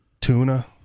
tuna